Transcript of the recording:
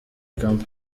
camp